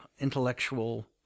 intellectual